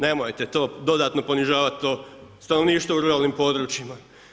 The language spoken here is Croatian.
Nemojte to dodatno ponižavati to stanovništvo u ruralnim područjima.